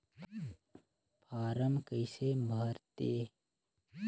Form कइसे भरते?